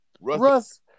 Russ